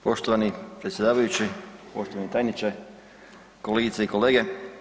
Poštovani predsjedavajući, poštovani tajniče, kolegice i kolege.